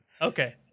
Okay